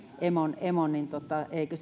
emon emon eikä